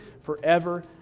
forever